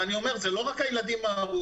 ואני אומר שזה לא רק הילדים ההרוגים,